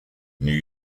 new